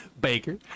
Baker